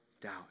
doubt